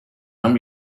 haben